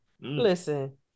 Listen